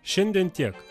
šiandien tiek